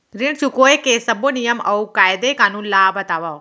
ऋण चुकाए के सब्बो नियम अऊ कायदे कानून ला बतावव